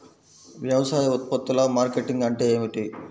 వ్యవసాయ ఉత్పత్తుల మార్కెటింగ్ అంటే ఏమిటి?